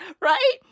Right